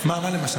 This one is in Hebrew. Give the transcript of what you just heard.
מה למשל?